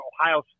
Ohio